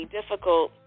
difficult